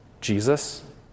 Jesus